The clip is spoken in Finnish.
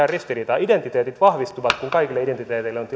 yhtään ristiriitaa identiteetit vahvistuvat kun kaikille identiteeteille on